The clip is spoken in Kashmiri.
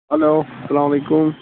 ہیٚلو سلام علیکُم